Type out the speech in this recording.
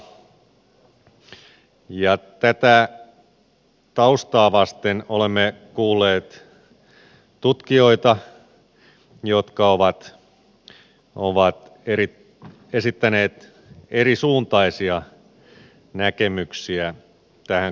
tätä taustaa vasten olemme kuulleet tutkijoita jotka ovat esittäneet erisuuntaisia näkemyksiä tästä kokonaisuudesta